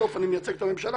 בסוף אני מייצג את הממשלה,